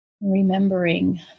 Remembering